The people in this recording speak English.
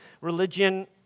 religion